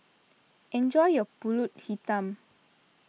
enjoy your Pulut Hitam